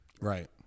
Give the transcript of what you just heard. Right